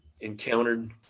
encountered